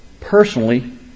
personally